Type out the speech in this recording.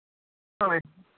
ᱦᱳᱭ